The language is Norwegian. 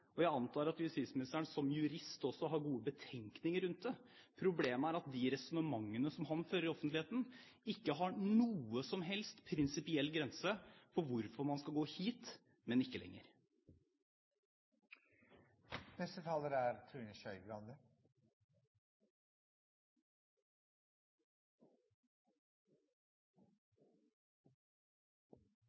og jeg antar at justisministeren som jurist også har gode betenkninger rundt det. Problemet er at de resonnementene som han fører i offentligheten, ikke har noen som helst prinsipiell grense for hvorfor man skal gå hit, men ikke